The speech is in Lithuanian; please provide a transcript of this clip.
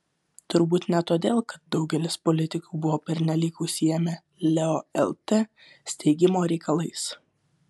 turbūt ne todėl kad daugelis politikų buvo pernelyg užsiėmę leo lt steigimo reikalais